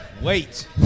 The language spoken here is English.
Wait